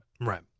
right